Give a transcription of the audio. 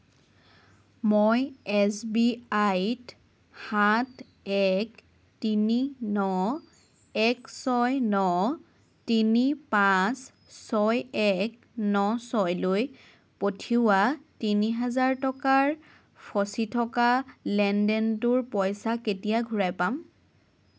মই এছবিআইত সাত এক তিনি ন এক ছয় ন তিনি পাঁচ ছয় এক ন ছয়লৈ পঠিওৱা তিনি হাজাৰ টকাৰ ফঁচি থকা লেনদেনটোৰ পইচা কেতিয়া ঘূৰাই পাম